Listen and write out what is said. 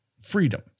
freedom